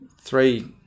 three